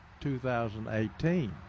2018